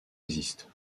existent